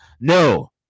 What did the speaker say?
No